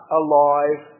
alive